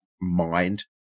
mind